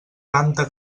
tanta